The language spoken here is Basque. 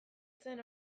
zen